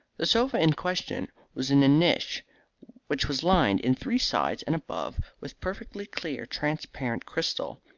the sofa in question was in a niche which was lined in three sides and above with perfectly clear transparent crystal.